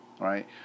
right